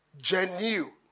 genuine